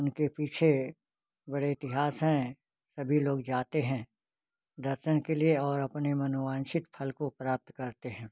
उनके पीछे बड़े इतिहास हैं सभी लोग जाते हैं दर्शन के लिए और अपने मनोवांछित फल को प्राप्त करते हैं